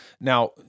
Now